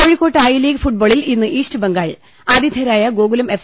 കോഴിക്കോട്ട് ഐലീഗ് ഫുട്ബോളിൽ ഇന്ന് ഇൌസ്റ്റ് ബം ഗാൾ ആതി ്ധ്രേയ രായ് ഗോകുലം എഫ്